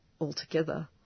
altogether